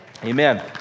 Amen